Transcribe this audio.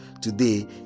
today